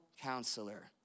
Counselor